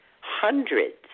hundreds